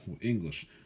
English